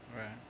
Right